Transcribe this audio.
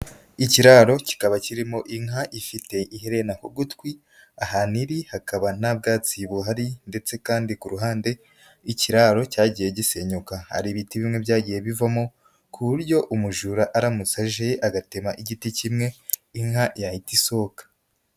Ikiraro kikaba kirimo inka ifite ihena ku gutwi, ahantu iri hakaba nta bwatsi buhari ndetse kandi ku ruhande ikiraro cyagiye gisenyuka, hari ibiti bimwe byagiye bivamo ku buryo umujura aramutse aje agatema igiti kimwe inka yahita isohoka.